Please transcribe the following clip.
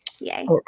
yay